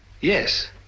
Yes